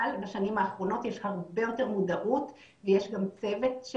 אבל בשנים האחרונות יש הרבה יותר מודעות ויש גם צוות,